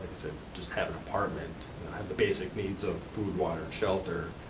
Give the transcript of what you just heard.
say, just have an apartment. have the basic needs of food, water, shelter.